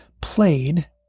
played